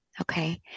okay